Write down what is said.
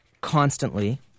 constantly